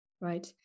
right